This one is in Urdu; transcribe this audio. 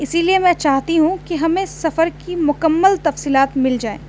اسی لیے میں چاہتی ہوں کہ ہمیں سفر کی مکمل تفصیلات مل جائیں